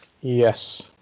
yes